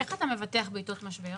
איך אתה מבטח בעתות משבר?